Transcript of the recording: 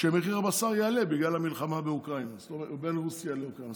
שמחיר הבשר יעלה בגלל המלחמה בין רוסיה לאוקראינה.